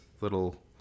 little